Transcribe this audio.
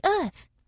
earth